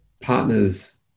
partners